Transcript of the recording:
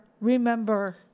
remember